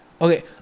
Okay